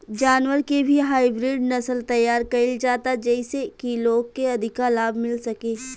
जानवर के भी हाईब्रिड नसल तैयार कईल जाता जेइसे की लोग के अधिका लाभ मिल सके